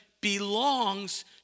belongs